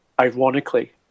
Ironically